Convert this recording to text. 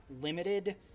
limited